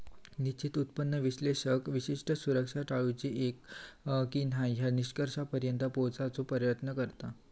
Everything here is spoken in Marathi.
निश्चित उत्पन्न विश्लेषक विशिष्ट सुरक्षा टाळूची की न्हाय या निष्कर्षापर्यंत पोहोचण्याचो प्रयत्न करता